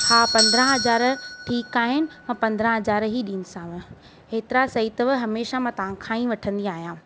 हा पंद्रहं हज़ार ठीकु आहिनि मां पंद्रहं हज़ार ई ॾींदीसाव एतिरा सही अथव हमेशह मां तव्हांखां ई वठंदी आहियां